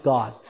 God